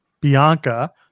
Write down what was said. Bianca